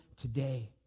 today